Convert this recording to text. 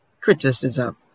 criticism